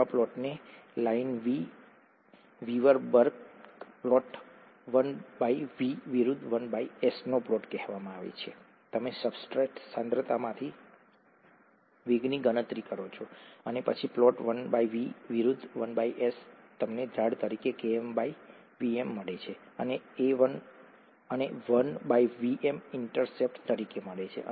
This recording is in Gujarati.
આવા પ્લોટને લાઇનવીવર બર્ક પ્લોટ 1V વિરુદ્ધ 1S નો પ્લોટ કહેવામાં આવે છે તમે સબસ્ટ્રેટ સાંદ્રતામાંથી વેગની ગણતરી કરો છો અને પછી પ્લોટ 1V વિરુદ્ધ 1S તમને ઢાળ તરીકે KmVm મળે છે અને 1Vm ઇન્ટરસેપ્ટ તરીકે મળે છે